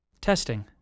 Testing